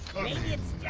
meeting its